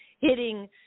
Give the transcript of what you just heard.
hitting